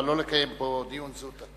אבל לא לקיים פה דיון זוטא.